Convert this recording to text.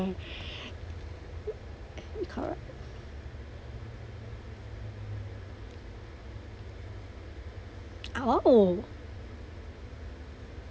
correct oh